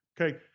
Okay